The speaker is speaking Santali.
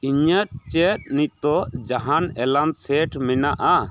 ᱤᱧᱟᱹᱜ ᱪᱮᱫ ᱱᱤᱛᱳᱜ ᱡᱟᱦᱟᱱ ᱮᱞᱟᱨᱢ ᱥᱮᱴ ᱢᱮᱱᱟᱜᱼᱟ